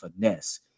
finesse